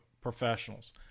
professionals